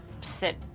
sit